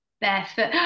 barefoot